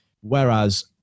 Whereas